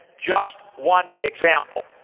just one example.